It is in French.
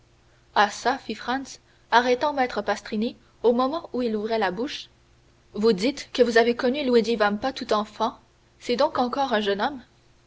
ah çà fit franz arrêtant maître pastrini au moment où il ouvrait la bouche vous dites que vous avez connu luigi vampa tout enfant c'est donc encore un jeune homme